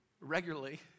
regularly